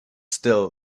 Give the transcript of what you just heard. still